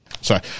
sorry